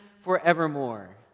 forevermore